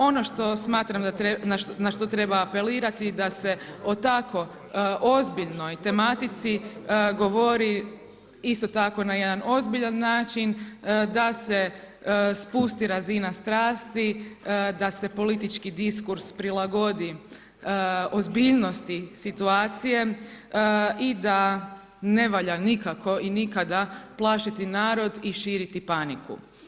Ono što smatram na što treba apelirati da se o tako ozbiljnoj tematici govori isto tako na jedan ozbiljan način, da se spusti razina strasti, da se politički diskurs prilagodi ozbiljnosti situacije i da ne valja nikako i nikada plašiti narod i širiti paniku.